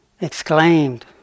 exclaimed